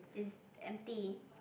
is empty